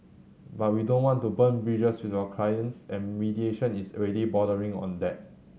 but we don't want to burn bridges with our clients and mediation is already bordering on that